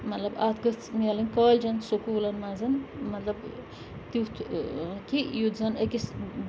مطلب اَتھ گٔژھ مِلٕنۍ کالجَن سکوٗلَن منٛز مطلب تیُتھ کہِ یُتھ زَن أکِس